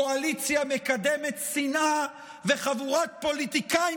קואליציה מקדמת שנאה וחבורת פוליטיקאים